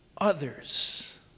others